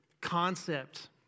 concept